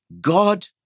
God